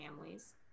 families